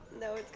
No